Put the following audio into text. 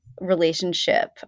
relationship